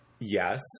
Yes